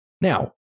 Now